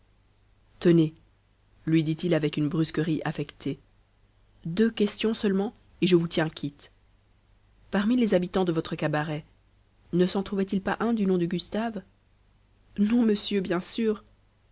tenez lui dit-il avec une brusquerie affectée deux questions seulement et je vous tiens quitte parmi les habitants de votre cabaret ne s'en trouvait-il pas un du nom de gustave non monsieur bien sûr